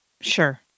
Sure